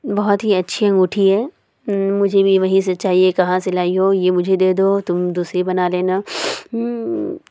بہت ہی اچھی انگوٹھی ہے مجھے بھی وہیں سے چاہیے کہاں سے لائی ہو یہ مجھے دے دو تم دوسری بنا لینا